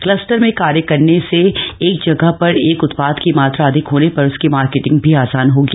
cluster में कार्य करने से एक जगह पर एक उत्पाद की मात्रा अधिक होने पर उसकी मार्केटिंग भी आसान होगी